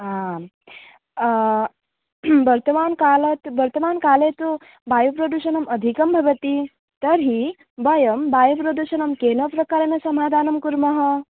आम् वर्तमानकालात् वर्तमानकाले तु वायुप्रदूषणम् अधिकं भवति तर्हि वयं वायुप्रदूषणं केन प्रकारेण समाधानं कुर्मः